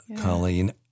Colleen